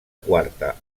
quarta